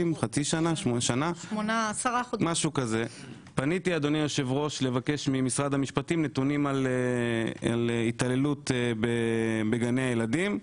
חודשים פניתי לבקש ממשרד המשפטים נתונים על התעללות בגני ילדים.